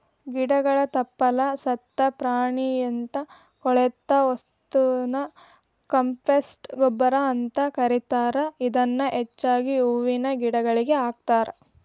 ಗಿಡಗಳ ತಪ್ಪಲ, ಸತ್ತ ಪ್ರಾಣಿಯಂತ ಕೊಳೆತ ವಸ್ತುನ ಕಾಂಪೋಸ್ಟ್ ಗೊಬ್ಬರ ಅಂತ ಕರೇತಾರ, ಇದನ್ನ ಹೆಚ್ಚಾಗಿ ಹೂವಿನ ಗಿಡಗಳಿಗೆ ಹಾಕ್ತಾರ